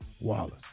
Wallace